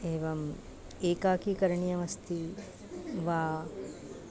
एवम् एकाकी करणीयमस्ति वा